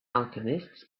alchemists